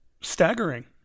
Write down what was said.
staggering